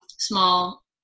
small